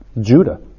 Judah